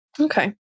Okay